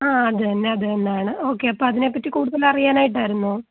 ആ അത് തന്നെ അത് തന്നെയാണ് ഓക്കെ അപ്പോൾ അതിനെപ്പറ്റി കൂടുതൽ അറിയാനായിട്ടായിരുന്നോ